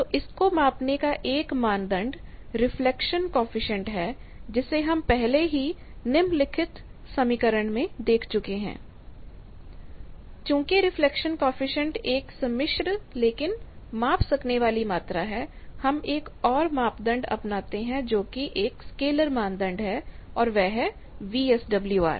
तो इसको मापने का एक मानदंड रिफ्लेक्शन कॉएफिशिएंट है जिसे हम पहले से ही निम्नलिखित समीकरण में देख चुके हैं ZL Z0 Z L Z0 चूंकि रिफ्लेक्शन कॉएफिशिएंट एक सम्मिश्र लेकिन माप सकने वाली मात्रा है हम एक और मानदंड अपनाते हैं जो कि एक स्केलर मानदंड है और वह है वीएसडब्ल्यूआर